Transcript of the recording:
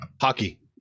Hockey